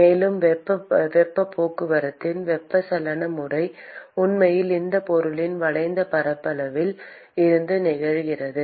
மேலும் வெப்பப் போக்குவரத்தின் வெப்பச்சலன முறை உண்மையில் இந்த பொருளின் வளைந்த பரப்பில் இருந்து நிகழ்கிறது